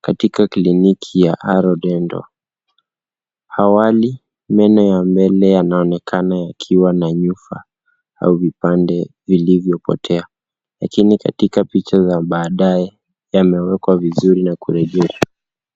katika kliniki ya Arrow Dental. Awali, meno ya mbele yanaonekana yakiwa na nyufa au vipande vilivyopotea. Lakini katika picha za baada, yamewekwa vizuri na kurejeshwa.